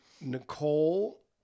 Nicole